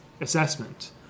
assessment